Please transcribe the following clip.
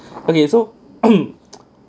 okay so